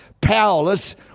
powerless